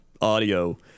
Audio